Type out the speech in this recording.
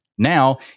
Now